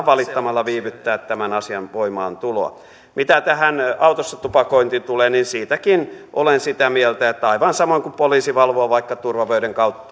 valittamalla viivyttämään tämän asian voimaantuloa mitä tähän autossa tupakointiin tulee niin siitäkin olen sitä mieltä että aivan samoin kuin poliisi valvoo vaikka turvavöiden